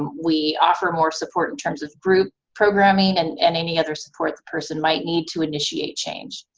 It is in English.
we offer more support in terms group programming, and and any other support the person might need to initiate change.